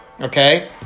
Okay